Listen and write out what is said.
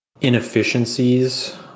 inefficiencies